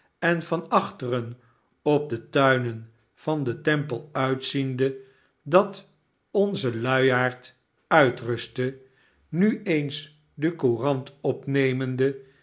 en van achteren op de tuinen van den tempel uitziende dat onze luiaard uitrustte nu eens de courant opnemende